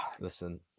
Listen